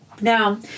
now